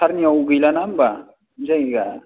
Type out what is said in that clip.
सारनिआव गैलाना होनबा जायगाया